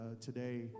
today